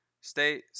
stay